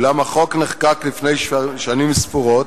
ואולם, החוק נחקק לפני שנים ספורות,